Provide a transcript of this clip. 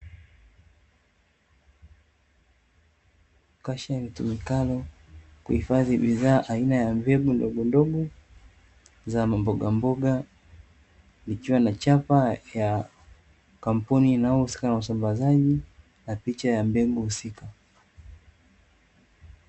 Kasha litumikalo kuhifadhi bidhaa aina ya mbegu ndogondogo Za mbogamboga, likiwa na chapa ya kampuni inayohusika na usambazaji na picha ya mbegu husika.